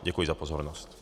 Děkuji za pozornost.